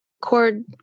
cord